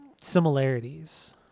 similarities